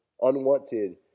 unwanted